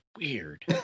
weird